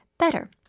Better